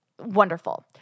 wonderful